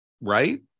Right